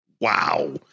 Wow